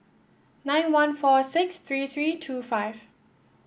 nine one four six three three two five